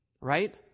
right